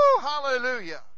Hallelujah